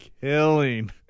killing